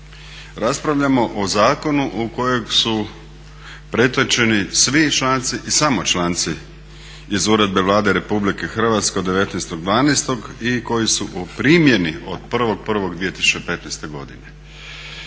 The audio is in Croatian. Raspravljamo o zakonu u kojeg su pretočeni svi članci i samo članci iz Uredbe Vlade RH od 19.12. i koji su u primjeni od 1.1.2015. godine.